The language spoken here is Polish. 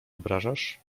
obrażasz